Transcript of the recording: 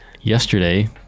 yesterday